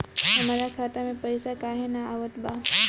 हमरा खाता में पइसा काहे ना आवत बा?